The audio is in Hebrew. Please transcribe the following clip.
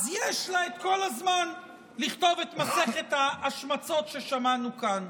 אז יש לה את כל הזמן לכתוב את מסכת ההשמצות ששמענו כאן.